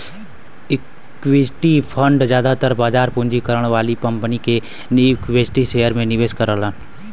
equity fund जादातर बाजार पूंजीकरण वाली कंपनी के इक्विटी शेयर में निवेश करलन